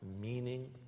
meaning